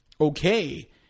Okay